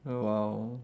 !wow!